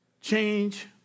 change